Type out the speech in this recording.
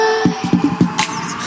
eyes